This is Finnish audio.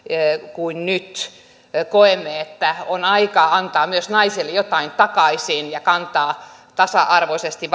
kuin nyt koemme että on aika antaa myös naisille jotain takaisin ja kantaa tasa arvoisesti